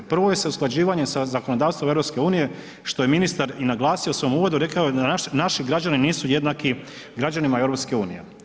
Prvo je usklađivanje sa zakonodavstvom EU što je ministar i naglasio u svom uvodu, rekao je da naši građani nisu jednaki građanima EU.